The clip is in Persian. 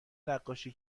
نقاشی